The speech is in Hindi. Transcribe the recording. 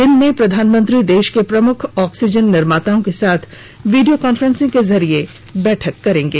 दिन में प्रधानमंत्री देश के प्रमुख ऑक्सीजन निर्माताओं के साथ वीडियो कॉफ्रेंस के जरिए बैठक करेंगे